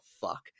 fuck